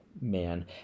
Man